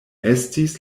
estis